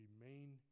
remain